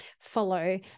follow